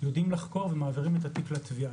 יודעים לחקור ומעבירים את התיק לתביעה.